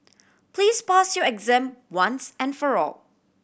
please pass your exam once and for all